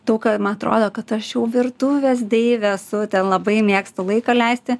daug kam atrodo kad aš jau virtuvės deivė esu ten labai mėgstu laiką leisti